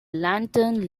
lantern